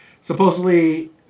supposedly